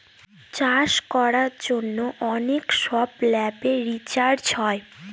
চাষ করার জন্য অনেক সব ল্যাবে রিসার্চ হয়